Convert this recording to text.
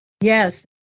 Yes